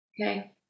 Okay